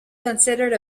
considered